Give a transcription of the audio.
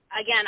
Again